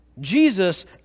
Jesus